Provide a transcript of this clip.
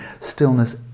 stillness